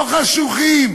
לא חשוכים,